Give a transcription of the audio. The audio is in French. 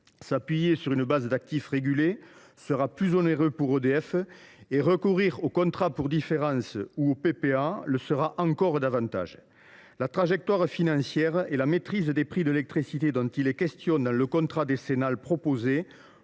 S’appuyer sur une base d’actifs régulés sera plus onéreux pour EDF ; recourir aux contrats pour la différence ou à la vente directe d’électricité (PPA) le sera encore davantage. La trajectoire financière et la maîtrise des prix de l’électricité dont il est question dans le contrat décennal proposé